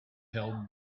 held